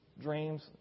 dreams